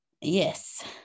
yes